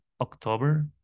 October